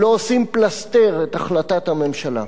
שלא עושים פלסתר את החלטת הממשלה.